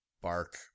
bark